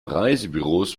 reisebüros